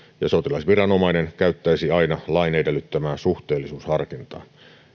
ja sotilasviranomainen käyttäisi aina lain edellyttämää suhteellisuusharkintaa